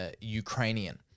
Ukrainian